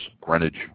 Greenwich